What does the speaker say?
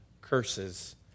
curses